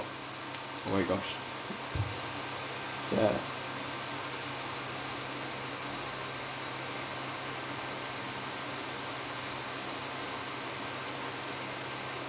oh my gosh ya